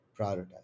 prioritize